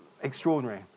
Extraordinary